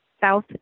South